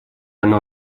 оно